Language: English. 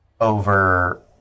over